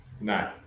No